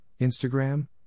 Instagram